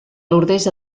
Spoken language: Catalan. lourdes